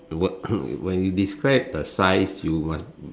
when you describe a size you must